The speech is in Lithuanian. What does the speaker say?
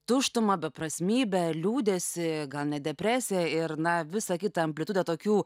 tuštumą beprasmybę liūdesį gal net depresiją ir na visą kitą amplitudę tokių